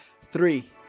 three